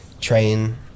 train